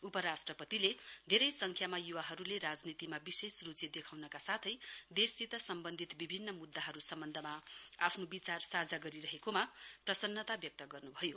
उपरष्ट्रपतिले धेरै संख्यामा य्वाहरूले राजनीतिमा विशेष रूचि देखाउनका साथै देशसित सम्वन्धित बिभिन्न मुद्दाहरू सम्वन्धमा आफ्नो विचार साझा गरिरहेकोमा प्रसन्नता व्यक्त गर्न्भयो